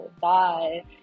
Bye